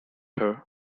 her